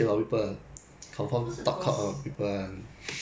I don't know leh we play game ya